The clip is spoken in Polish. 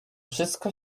wszystko